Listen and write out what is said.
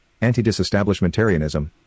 anti-disestablishmentarianism